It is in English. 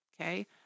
okay